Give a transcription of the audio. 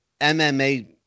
MMA